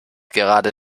gerade